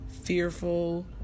fearful